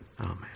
Amen